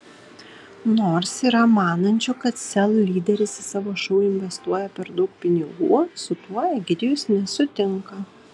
nors yra manančių kad sel lyderis į savo šou investuoja per daug pinigų su tuo egidijus nesutinka